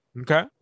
okay